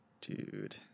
Dude